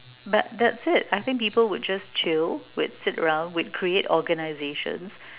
but that's it I think people would just chill would sit around would create organizations